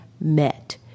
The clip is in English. met